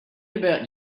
about